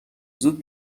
زود